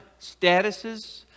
statuses